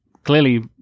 Clearly